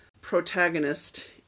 protagonist